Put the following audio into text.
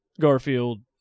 Garfield